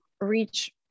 reach